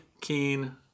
keen